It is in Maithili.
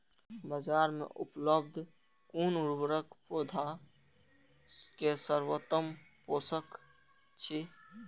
बाजार में उपलब्ध कुन उर्वरक पौधा के सर्वोत्तम पोषक अछि?